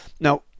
Now